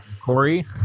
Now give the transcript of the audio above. Corey